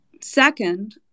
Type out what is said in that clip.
Second